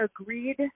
agreed